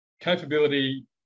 Capability